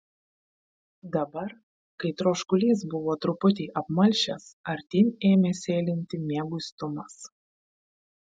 dabar kai troškulys buvo truputį apmalšęs artyn ėmė sėlinti mieguistumas